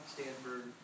Stanford